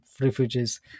refugees